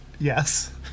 Yes